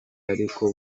ariko